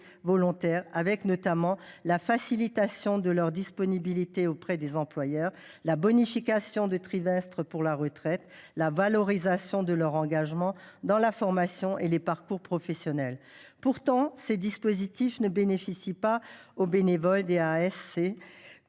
volontaires. Je pense notamment à la facilitation de leur disponibilité auprès des employeurs et à la bonification de trimestres pour la retraite, ainsi qu’à la valorisation de leur engagement dans la formation et dans les parcours professionnels. Mais ces dispositifs ne bénéficient pas aux bénévoles des AASC,